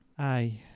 ay,